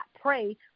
pray